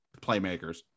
playmakers